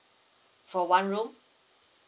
for one room